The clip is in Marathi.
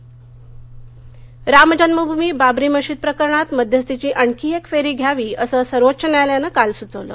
राम जन्मभमी राम जन्मभूमी बाबरी मशीद प्रकरणात मध्यस्थीची आणखी एक फेरी घ्यावी असं सर्वोच्च न्यायालयानं काल सुचवलं